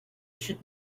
should